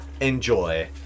Enjoy